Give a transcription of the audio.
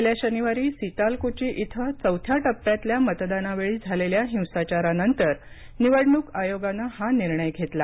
गेल्या शनिवारी सितालकुची इथं चौथ्या टप्प्यातल्या मतदानावेळी झालेल्या हिंसाचारानंतर निवडणूक आयोगानं हा निर्णय घेतला